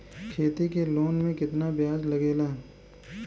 खेती के लोन में कितना ब्याज लगेला?